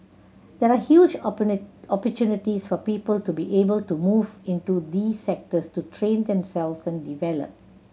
there are huge opportunities for people to be able to move into these sectors to train themselves and develop